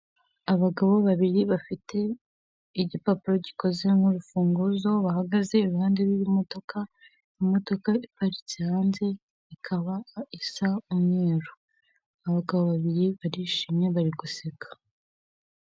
Abagabo babiri bafite igipapuro gikoze nk'urufunguzo bahagaze iruhande rw'imodoka. Imodoka iparitse hanze ikaba isa umweru, abagabo babiri barishimye bari guseka.